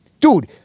Dude